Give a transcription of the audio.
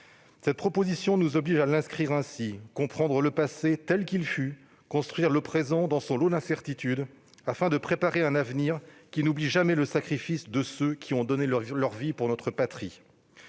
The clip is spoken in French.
cette proposition de loi nous oblige à l'inscrire ainsi : comprendre le passé tel qu'il fut et construire le présent dans son lot d'incertitudes, afin de préparer un avenir qui n'oublie jamais le sacrifice de ceux qui ont donné leur vie pour notre patrie.